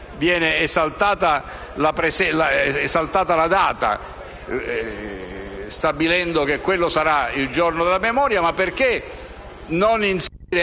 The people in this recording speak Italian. viene esaltata la data stabilendo che quello sarà il giorno della memoria, mi chiedo per